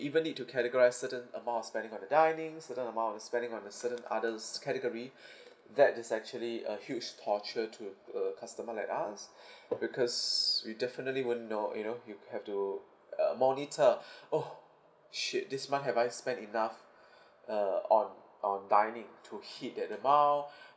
even need to categorise certain amount of spending on the dining certain amount on the spending on a certain others category that is actually a huge torture to to a customer like us because we definitely won't know you know you have to uh monitor oh shit this month have I spent enough uh on on dining to hit that amount